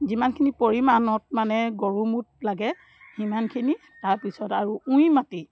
যিমানখিনি পৰিমাণত মানে গৰু মুত লাগে সিমানখিনি তাৰপিছত আৰু উঁই মাটি